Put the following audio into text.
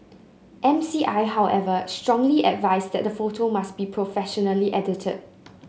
M C I however strongly advised that the photo must be professionally edited